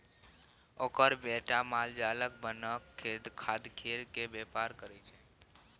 ओकर बेटा मालजालक बनल खादकेर बेपार करय छै